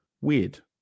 weird